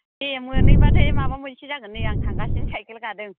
दे मोनैबाथाय माबा मोनसे जागोन नै आं थांगासिनो साइखेल गादों